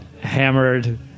hammered